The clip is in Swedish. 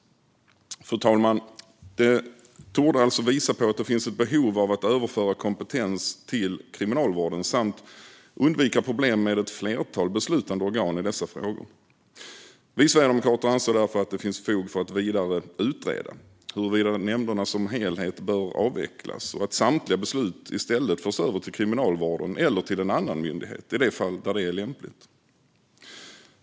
Fru talman! Detta torde visa på att det finns ett behov av att överföra kompetens till Kriminalvården och undvika problem med ett flertal beslutande organ i dessa frågor. Vi sverigedemokrater anser därför att det finns fog för att vidare utreda huruvida nämnderna som helhet bör avvecklas och samtliga beslut i stället föras över till Kriminalvården, eller till en annan myndighet i de fall där detta är lämpligt.